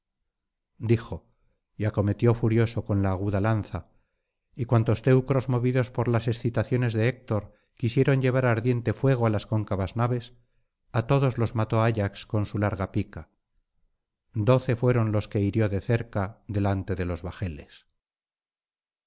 dijo y acometió furioso con la aguda lanza y cuantos teucros movidos por las excitaciones de héctor quisieron llevar ardiente fuego á las cóncavas naves á todos los mató ayax con su larga pica doce fueron los que hirió de cerca delante de los bajeles